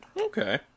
Okay